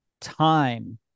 time